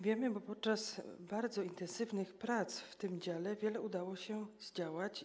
Wiemy, bo podczas bardzo intensywnych prac w tym dziale wiele udało się zdziałać.